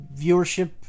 viewership